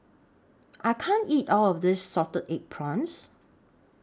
I can't eat All of This Salted Egg Prawns